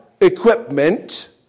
equipment